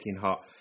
hot